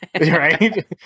right